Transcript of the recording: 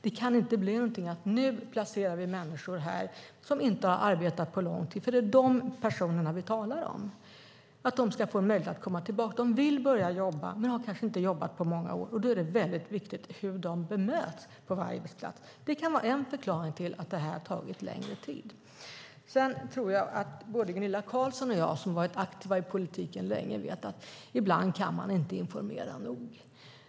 Det ska inte vara fråga om att hur som helst placera ut människor som inte har arbetat på lång tid - det är dem vi talar om. De vill börja jobba men har kanske inte jobbat på många år. Då är bemötandet på varje arbetsplats viktigt. Det kan vara en förklaring till att det hela har tagit längre tid. Både Gunilla Carlsson och jag som har varit aktiva i politiken länge vet att ibland kan man inte informera nog.